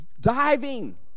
diving